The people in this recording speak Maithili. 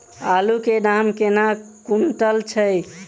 आलु केँ दाम केना कुनटल छैय?